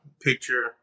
picture